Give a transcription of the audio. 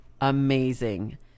Amazing